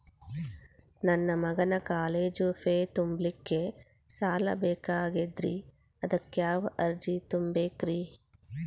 ನನ್ನ ಮಗನ college fee ತುಂಬಲಿಕ್ಕೆ ಸಾಲ ಬೇಕಾಗೆದ್ರಿ ಅದಕ್ಯಾವ ಅರ್ಜಿ ತುಂಬೇಕ್ರಿ?